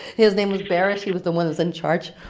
his name was barrish. he was the one that's in charge.